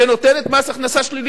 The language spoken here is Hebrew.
שנותנת מס הכנסה שלילי,